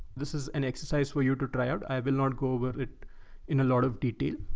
this is an exercise for you to try out. i will not go over it in a lot of detail.